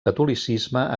catolicisme